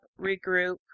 regroup